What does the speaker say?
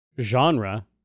genre